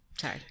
Sorry